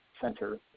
Center